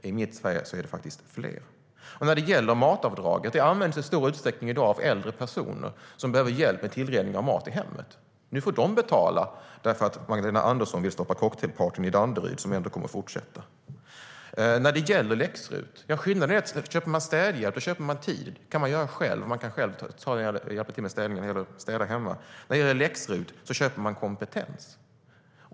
I mitt Sverige är det faktiskt fler. Sedan var det frågan om läx-RUT. Skillnaden är att köp av städhjälp är att köpa tid. Man kan själv städa hemma, men med läx-RUT köps kompetens.